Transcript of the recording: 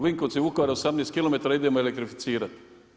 Vinkovci-Vukovar, 18 km, idemo elektrificirati.